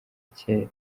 kera